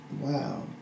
Wow